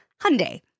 Hyundai